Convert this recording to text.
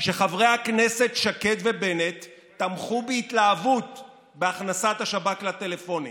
שחברי הכנסת שקד ובנט תמכו בהתלהבות בהכנסת השב"כ לטלפונים.